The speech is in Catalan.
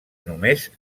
només